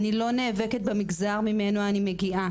אני לא נאבקת במגזר ממנו אני מגיעה,